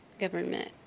government